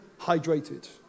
hydrated